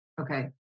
Okay